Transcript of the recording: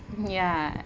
ya